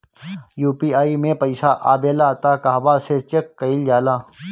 UPI मे पइसा आबेला त कहवा से चेक कईल जाला?